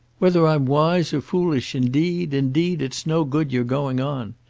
whether i'm wise or foolish, indeed, indeed, it's no good your going on.